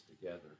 together